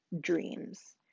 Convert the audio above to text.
dreams